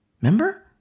Remember